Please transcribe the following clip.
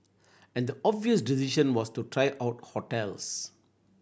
and the obvious decision was to try out hotels